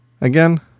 again